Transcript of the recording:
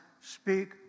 Speak